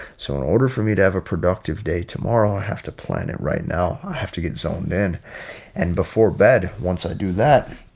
so in order for me to have a productive day tomorrow, tomorrow, i have to plan it right now. i have to get zoned in and before bed. once i do that.